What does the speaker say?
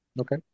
Okay